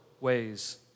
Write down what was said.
ways